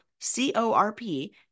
C-O-R-P